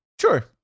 Sure